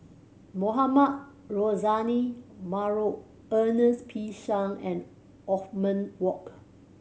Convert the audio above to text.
Mohamed Rozani Maarof Ernest P Shank and Othman Wok